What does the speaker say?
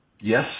yes